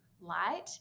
light